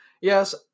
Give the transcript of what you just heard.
Yes